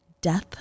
Death